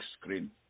screen